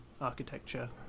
architecture